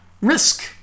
risk